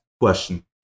question